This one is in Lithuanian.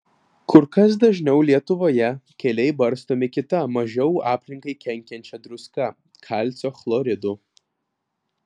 kur kas dažniau lietuvoje keliai barstomi kita mažiau aplinkai kenkiančia druska kalcio chloridu